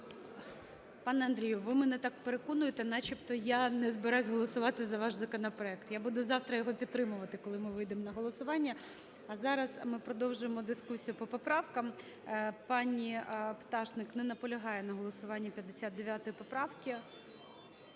пане Андрію, ви мене так переконуєте, начебто я не збираюсь голосувати за ваш законопроект. Я буду завтра його підтримувати, коли ми вийдемо на голосування. А зараз ми продовжуємо дискусію по поправкам. Пані Пташник не наполягає на голосуванні 59 поправки.